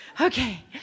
okay